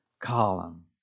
column